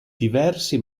diversi